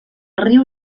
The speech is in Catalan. riu